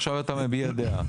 עכשיו אתה מביע דעה.